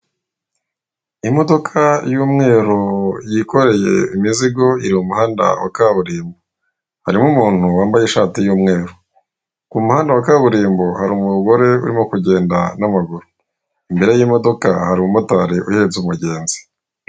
Imodoka y'umweru yikoreye imizigo iri mu muhanda wa kaburimbo. Harimo umuntu wambaye ishati y'umweru. Ku muhanda wa kaburimbo hari umugore urimo kugenda n'amaguru. Imbere y'imodoka hari umumotari uhetse umugenzi.